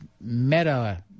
meta